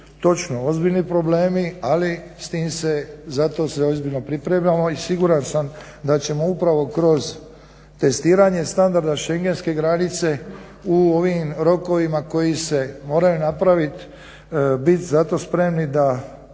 točno ozbiljni problemi ali s tim se zato se ozbiljno pripremamo i siguran sam da ćemo upravo kroz testiranje standarda šengenske granice u ovim rokovima koji se moraju napraviti biti za to spremni da